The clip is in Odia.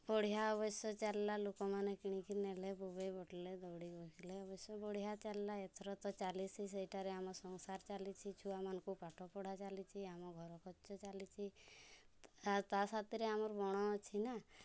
ବଢ଼ିଆ ଅବଶ୍ୟ ଚାଲିଲା ଲୋକମାନେ କିଣିକି ନେଲେ ବୋବେଇ ବୋଟଲେ ଦୌଡ଼ି ବସିଲେ ଅବଶ୍ୟ ବଢ଼ିଆ ଚାଲିଲା ଏଥର ତ ଚାଲିସ୍ ସେଇଟାରେ ଆମ ସଂସାର ଚାଲିଛି ଛୁଆମାନଙ୍କୁ ପାଠ ପଢ଼ା ଚାଲିଛି ଆମ ଘର ଖର୍ଚ୍ଚ ଚାଲିିଛି ତା ତା ସାଥିରେ ଆମର ବଣ ଅଛି ନା